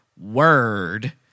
Word